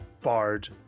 bard